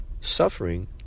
suffering